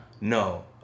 No